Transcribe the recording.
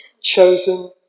Chosen